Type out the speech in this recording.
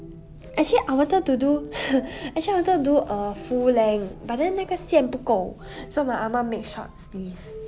actually I wanted to do actually I wanted to do err full length but then 那个线不够 so my 阿嫲 made short sleeve